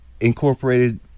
incorporated